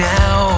now